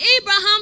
Abraham